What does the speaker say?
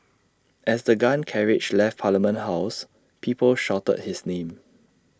as the gun carriage left parliament house people shouted his name